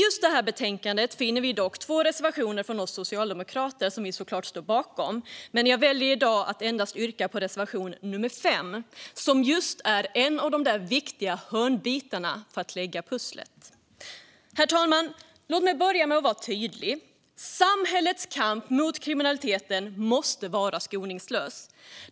I just detta betänkande finns två reservationer från oss socialdemokrater, som vi såklart står bakom, men jag väljer att yrka bifall endast till reservation nummer 5, som just är en av de där viktiga hörnbitarna för att man ska kunna lägga pusslet. Herr talman! Låt mig börja med att vara tydlig: Samhällets kamp mot kriminaliteten måste vara skoningslös.